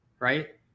right